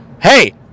Hey